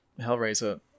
Hellraiser